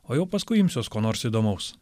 o jau paskui imsiuos ko nors įdomaus